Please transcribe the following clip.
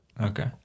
Okay